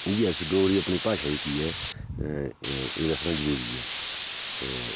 इ'यै असें डोगरी अपनी भाशा जेह्की ऐ एह् दस्सना जरूरी ऐ